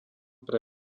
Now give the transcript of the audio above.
pre